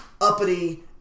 uppity